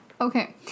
Okay